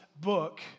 book